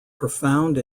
profound